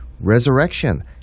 resurrection